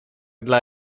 dla